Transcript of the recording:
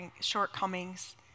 shortcomings